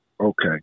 Okay